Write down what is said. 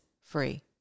free